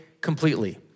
completely